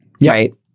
right